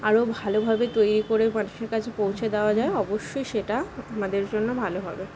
আরো ভালোভাবে তৈরি করে মানুষের কাছে পৌঁছে দেওয়া যায় অবশ্যই সেটা আমাদের জন্য ভালো হবে